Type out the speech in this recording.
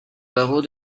barreau